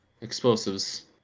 explosives